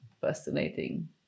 fascinating